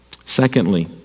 Secondly